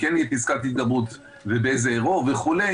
אם כן תהיה פסקת התגברות ובאיזה אירוע וכו'